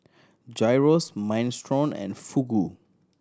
Gyros Minestrone and Fugu